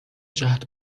جهت